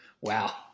Wow